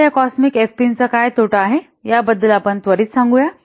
आता कॉस्मिक एफपींचा काय तोटा आहे याबद्दल आपण त्वरीत सांगू या